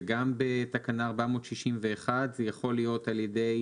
וגם בתקנה 461 זה יכול להיות על ידי